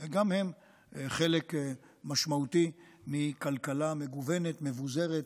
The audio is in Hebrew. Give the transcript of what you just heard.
גם הן חלק משמעותי מכלכלה מגוונת, מבוזרת,